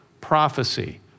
prophecy